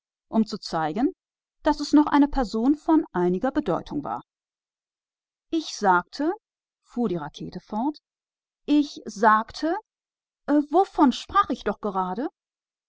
um zu zeigen daß es noch immer eine person von einiger bedeutung wäre ich sagte fuhr die rakete fort ich sagte ja was sagte ich